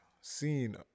seen